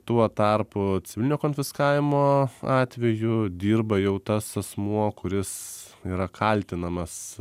tuo tarpu civilinio konfiskavimo atveju dirba jau tas asmuo kuris yra kaltinamas